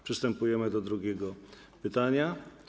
Przystępujemy do drugiego pytania.